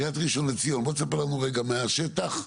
עיריית ראשון לציון, תספר לנו את הבעיות מהשטח.